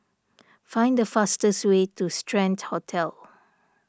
find the fastest way to Strand Hotel